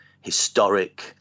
historic